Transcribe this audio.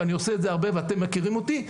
ואני עושה את זה הרבה ואתם מכירים אותי,